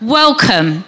welcome